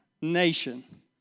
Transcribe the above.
nation